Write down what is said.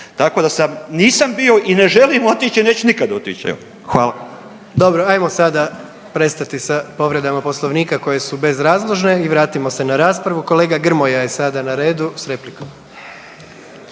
Tako da nisam bio i ne želim otići i neću nikada otići evo. Hvala. **Jandroković, Gordan (HDZ)** Dobro. Hajmo sada prestati sa povredama Poslovnika koje su bezrazložne i vratimo se na raspravu. Kolega Grmoja je sada na redu sa replikom.